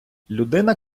людина